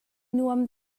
nuam